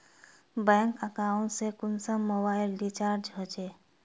Bank account से कुंसम mobile recharge होचे?